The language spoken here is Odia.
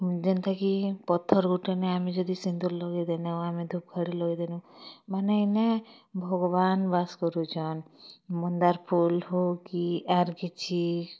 ଯେନ୍ତା କି ପଥର ଗୋଟେଇନେ ଆମେ ଯଦି ସିନ୍ଦୁର ଲଗେଇଦେନୁ ଆମେ ଧୁପକାଠି ଲଗେଇଦିନୁ ମାନେ ଏଇନେ ଭଗବାନ ବାସ କରୁଛନ୍ ମନ୍ଦାର ଫୁଲ୍ ହୋଉ କି ୟାର କିଛି